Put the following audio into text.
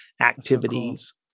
activities